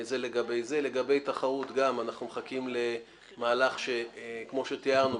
לגבי תחרות אנחנו מחכים למהלך כמו שתיארנו,